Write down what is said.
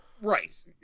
Right